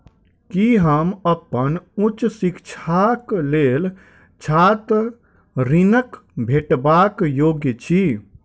की हम अप्पन उच्च शिक्षाक लेल छात्र ऋणक भेटबाक योग्य छी?